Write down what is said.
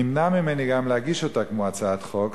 נמנע ממני גם להגיש אותה כהצעת חוק,